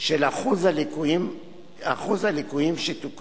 של שיעור הליקויים שתוקנו